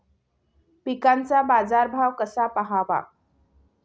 पिकांचा बाजार भाव कसा पहावा?